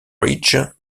ridge